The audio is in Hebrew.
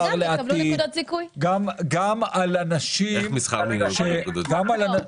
וגם יקבלו נקודות זיכוי, אם ב-40 ₪ לשעה.